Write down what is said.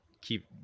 keep